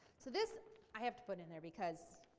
so this i have to put in there because